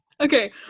Okay